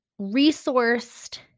resourced –